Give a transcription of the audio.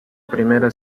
primera